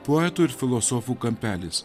poetų ir filosofų kampelis